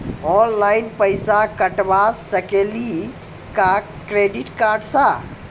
Online पैसा कटवा सकेली का क्रेडिट कार्ड सा?